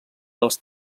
dels